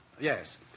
Yes